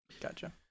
Gotcha